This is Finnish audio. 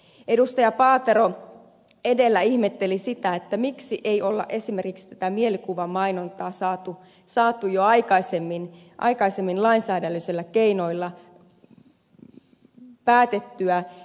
paatero edellä ihmetteli sitä miksi ei ole esimerkiksi tätä mielikuvamainontaa saatu jo aikaisemmin lainsäädännöllisillä keinoilla päätettyä